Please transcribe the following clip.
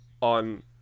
on